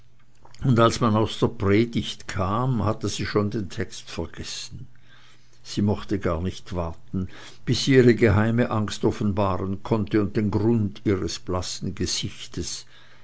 und als man aus der predigt kam hatte sie schon den text vergessen sie mochte gar nicht warten bis sie ihre geheime angst offenbaren konnte und den grund ihres blassen gesichtes